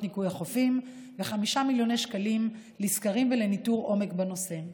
ניקוי החופים ו-5 מיליוני שקלים לסקרים ולניטור עומק בנושא.